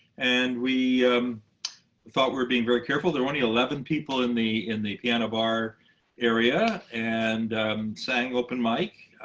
and we thought we were being very careful. there were only eleven people in the in the piano bar area. and sang open mic,